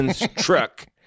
truck